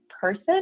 person